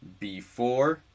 b4